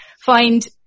find